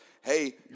Hey